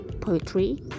poetry